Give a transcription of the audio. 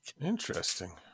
Interesting